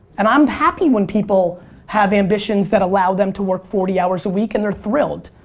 and i'm happy when people have ambitions that allow them to work forty hours a week and they're thrilled.